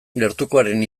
gertukoaren